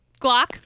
Glock